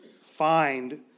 find